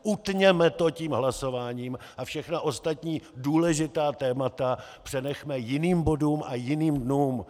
Utněme to tím hlasováním a všechna ostatní důležitá témata přenechme jiným bodům a jiným dnům.